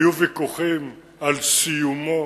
היו ויכוחים על סיומו,